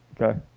Okay